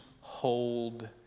hold